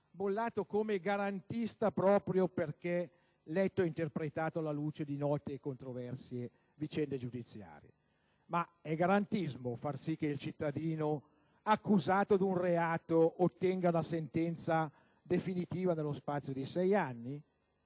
bollato come garantista proprio perché letto e interpretato alla luce di note e controverse vicende giudiziarie. Ma è garantismo far si che il cittadino accusato di un reato ottenga la sentenza definitiva nello spazio di sei anni?